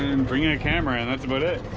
and bringing a camera and that's about it